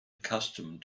accustomed